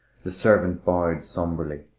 the servant bowed sombrely.